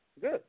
good